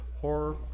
horror